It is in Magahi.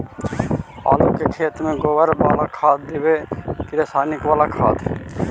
आलू के खेत में गोबर बाला खाद दियै की रसायन बाला खाद?